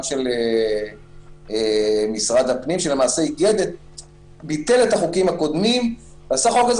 של משרד הפנים שלמעשה ביטל את החוקים הקודמים ועשה חוק עזר